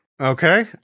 Okay